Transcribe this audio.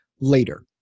later